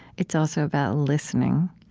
it's also about listening.